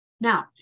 Now